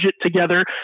together